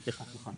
סליחה, נכון.